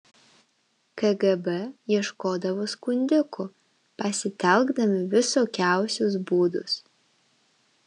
kgb ieškodavo skundikų pasitelkdami visokiausius būdus